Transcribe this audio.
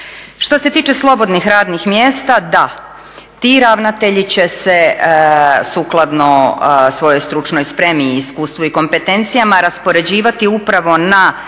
Što se tiče slobodnih radnih mjesta, da, ti ravnatelji će se sukladno svojoj stručnoj spremi, iskustvu i kompetencijama raspoređivati upravo na